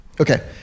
okay